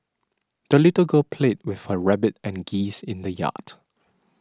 the little girl played with her rabbit and geese in the yard